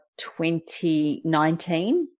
2019